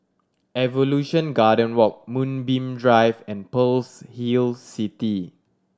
Evolution Garden Walk Moonbeam Drive and Pearl's Hill City